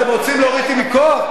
אתם רוצים להוריד אותי בכוח?